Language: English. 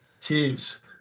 Teams